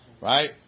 Right